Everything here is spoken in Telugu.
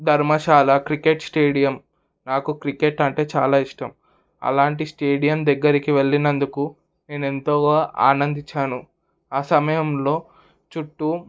ధర్మశాల క్రికెట్ స్టేడియం నాకు క్రికెట్ అంటే చాలా ఇష్టం అలాంటి స్టేడియం దగ్గరికి వెళ్ళినందుకు నేను ఎంతో ఆనందించాను ఆ సమయంలో చుట్టూ